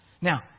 Now